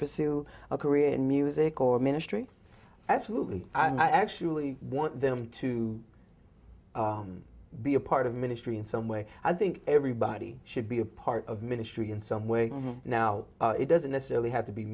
pursue a career in music or ministry absolutely i actually want them to be part of ministry in some way i think everybody should be a part of ministry in some way now it doesn't necessarily have to be